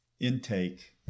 intake